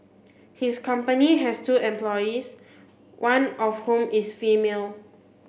his company has two employees one of whom is female